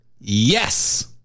Yes